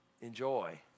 enjoy